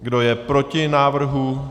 Kdo je proti návrhu?